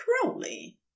Crowley